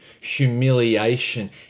humiliation